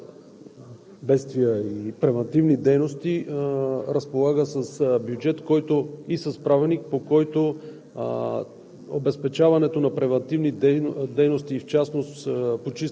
Комисията за преодоляване на бедствията и превантивните дейности разполага с бюджет и Правилник, по който